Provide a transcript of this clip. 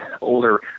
older